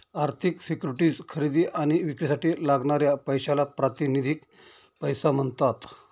आर्थिक सिक्युरिटीज खरेदी आणि विक्रीसाठी लागणाऱ्या पैशाला प्रातिनिधिक पैसा म्हणतात